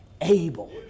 able